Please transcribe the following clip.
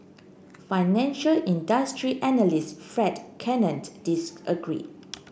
financial industry analyst Fred disagreed